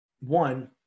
one